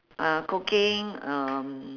uh cooking um